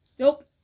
Nope